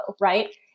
Right